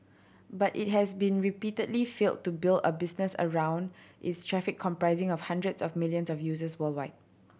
but it has been repeatedly failed to build a business around its traffic comprising of hundreds of millions of users worldwide